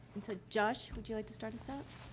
and so, josh, would you like to start us off?